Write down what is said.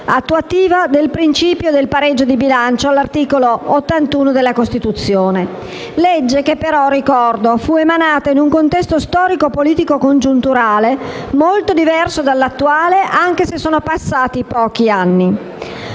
attuativa del principio del pareggio di bilancio di cui all'articolo 81 della Costituzione. Ricordo però che tale legge fu emanata in un contesto storico, politico e congiunturale molto diverso dall'attuale, anche se sono passati pochi anni.